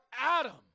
Adam